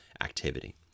activity